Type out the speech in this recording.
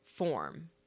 form